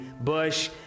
bush